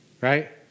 right